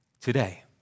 today